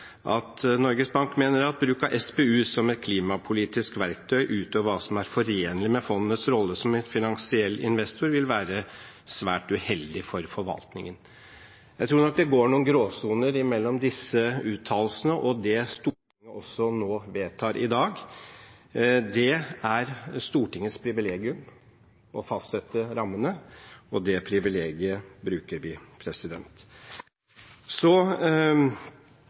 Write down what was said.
av fondet som et klimapolitisk verktøy utover hva som er forenlig med fondets rolle som finansiell investor, vil være svært uheldig for forvaltningen av fondet.» Jeg tror nok det går noen gråsoner mellom disse uttalelsene og det Stortinget vedtar i dag. Det er Stortingets privilegium å fastsette rammene, og det privilegiet bruker vi.